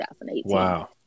Wow